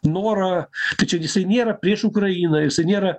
norą kad čia jisai nėra prieš ukrainą jisai nėra